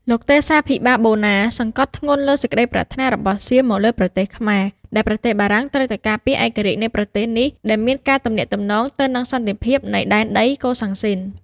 លោកទេសាភិបាល បូណាសង្កត់ធ្ងន់លើសេចក្ដីប្រាថ្នារបស់សៀមមកលើប្រទេសខ្មែរ ដែលប្រទេសបារាំងត្រូវតែការពារឯករាជ្យនៃប្រទេសនេះ ដែលមានការទំនាក់ទំនងទៅនឹងសន្តិភាពនៃដែនដីកូសាំងស៊ីន។